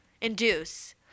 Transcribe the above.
induce